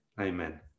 Amen